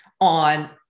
on